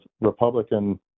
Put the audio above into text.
Republican